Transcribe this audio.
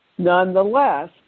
Nonetheless